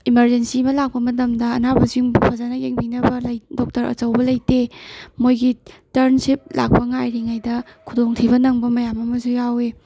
emergency ꯑꯃ ꯂꯥꯛꯄ ꯃꯇꯝꯗ ꯑꯅꯥꯕꯁꯤꯡꯕꯨ ꯐꯖꯅ ꯌꯦꯡꯕꯤꯅꯕ ꯂꯩ ꯗꯣꯛꯇꯔ ꯑꯆꯧꯕ ꯂꯩꯇꯦ ꯃꯣꯏꯒꯤ ꯇꯔꯟꯁꯤꯞ ꯂꯥꯛꯄ ꯉꯥꯏꯔꯤꯉꯩꯗ ꯈꯨꯗꯣꯡ ꯊꯤꯕ ꯅꯪꯕ ꯃꯌꯥꯝ ꯑꯃꯁꯨ ꯌꯥꯎꯋꯤ